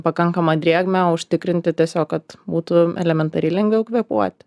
pakankamą drėgmę užtikrinti tiesiog kad būtų elementariai lengviau kvėpuoti